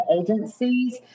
agencies